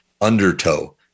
undertow